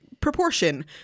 proportion